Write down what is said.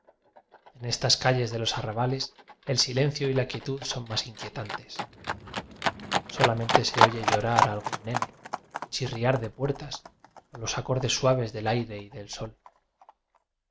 en estas calles de los arra bales el silencio y la quietud son más in quietantes solamente se oye llorar a al gún nene chirriar de puertas o los acordes suaves del aire y del sol